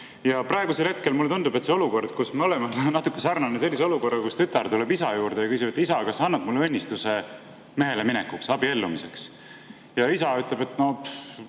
Praegusel hetkel mulle tundub, et see olukord, kus me oleme, on natuke sarnane sellise olukorraga, kus tütar tuleb isa juurde ja küsib: "Isa, kas sa annad mulle õnnistuse meheleminekuks, abiellumiseks?" Ja isa ütleb: "Sõltub,